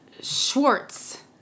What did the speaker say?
Schwartz